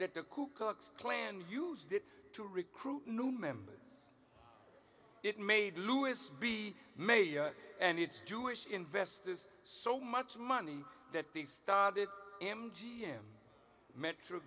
that the ku klux klan used it to recruit new members it made louis b mayer and its jewish investors so much money that they started m g m met